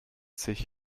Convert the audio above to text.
sich